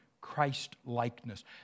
Christ-likeness